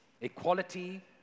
equality